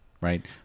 right